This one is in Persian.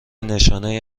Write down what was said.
نشانهای